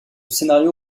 scénario